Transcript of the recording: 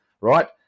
right